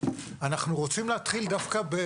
ישראל במבט השוואתי הישגים